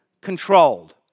controlled